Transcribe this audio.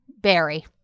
Barry